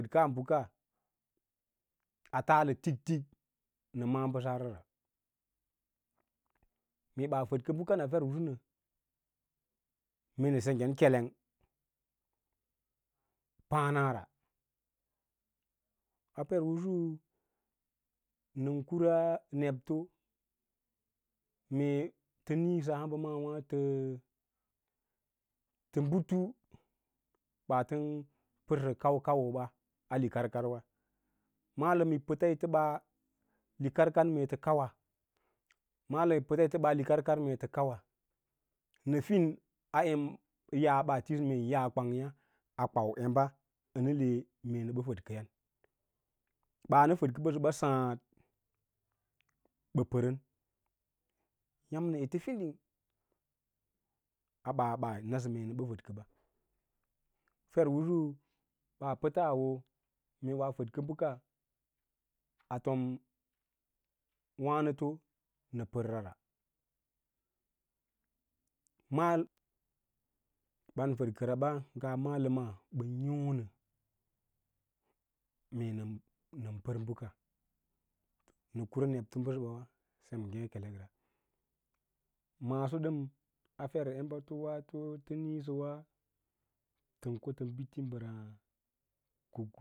Nə səkas bəka ataalə tik tik nə ma’à bəsaara ra, mee ɓaa fəd kə bəka a ferꞌ usu nə mee nə senggen ketang paã na ra a fer usu nən kura nebto mee tə niĩsa hamba maawâ tə butu baa tən pərsə kau kauwowa a lūkarkar malən yi pəta yi ɓaa likaw kar mere tə kauwa maldm yi pəta yi lə ɓaa líkarkar mee tə kauwa nəfín a yaa ɓaa tisə mee ndə yaa kwangyâ a kwau em ba ənə ti mee nə bə fədkəya ɓaa nə fədkəsa ɓəsə ɓa sǎǎd ɓə pərən, ya’mnə ete fiding a baa ɓa nasə mee nə ɓə fədkə ɓa. Fer ꞌusu baa pəta awo mee woa fədkə ɓəka a tom wǎnəto nə pərra ra ban fədkəra ɓa ngaa maləms ɓəm yoõ nə mee nən pər bəks, nə kun nebto bəsəbs wa sem ngěkelek ra. Maaso ɗəm afert embatowaato tə niĩsəwa tən ko tə bíti mbəraã kuklu.